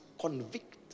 convict